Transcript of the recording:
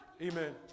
Amen